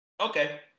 Okay